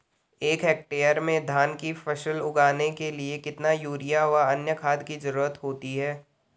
एक हेक्टेयर में धान की फसल उगाने के लिए कितना यूरिया व अन्य खाद की जरूरत होती है?